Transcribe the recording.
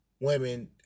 women